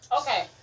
Okay